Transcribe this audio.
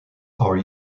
are